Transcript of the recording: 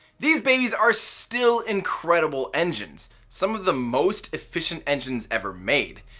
these babies are still incredible engines, some of the most efficient engines ever made.